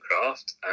craft